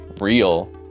real